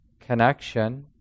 connection